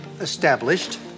established